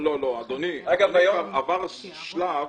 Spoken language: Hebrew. אדוני, עבר שלב